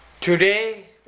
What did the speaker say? today